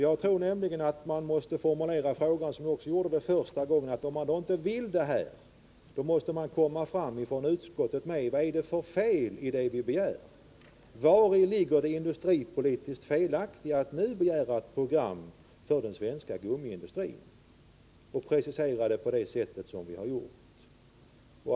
Jag tror nämligen att man måste formulera frågan som jag gjorde första gången: Om utskottet inte vill vara med om det vi begär, vari ligger då det industripolitiskt felaktiga i att arbeta fram ett program för den svenska gummiindustrin med de preciseringar som vi har gjort?